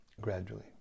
gradually